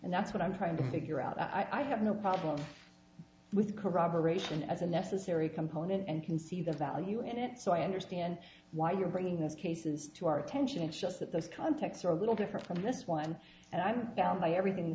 and that's what i'm trying to figure out that i have no problem with corroboration as a necessary component and can see the value in it so i understand why you're bringing those cases to our attention it's just that those contexts are a little different from this one and i don't downplay everything